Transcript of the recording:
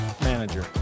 manager